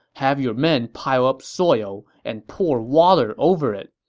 have your men pile up soil and pour water over it.